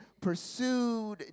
pursued